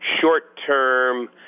short-term